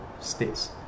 states